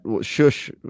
shush